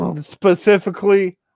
specifically